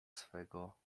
swego